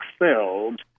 excelled